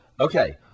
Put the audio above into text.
Okay